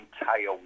entire